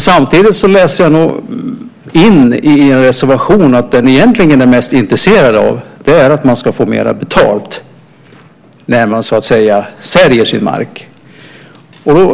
Samtidigt läser jag i er reservation att det ni egentligen är mest intresserade av är att man ska få mera betalt när man säljer sin mark.